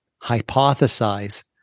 hypothesize